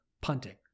punting